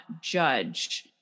judge